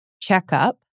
checkup